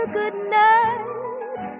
goodnight